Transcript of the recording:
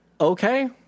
Okay